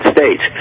States